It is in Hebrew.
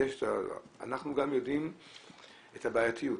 אנחנו יודעים גם את הבעייתיות.